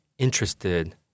interested